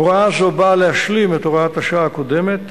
הוראה זו באה להשלים את הוראת השעה הקודמת,